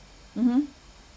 mmhmm